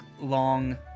long